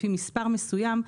לפי מספר מסוים,